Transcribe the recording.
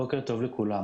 בוקר טוב לכולם.